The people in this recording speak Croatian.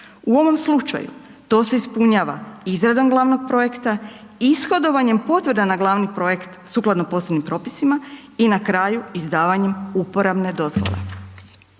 U ovom slučaju to se ispunjava izradom glavnog projekta, ishodovanjem potvrda na glavni projekt sukladno posebnim propisima i na kraju izdavanjem uporabne dozvole.